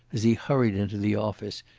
as he hurried into the office,